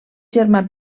germà